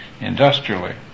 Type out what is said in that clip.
industrially